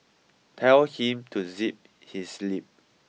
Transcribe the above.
tell him to zip his lip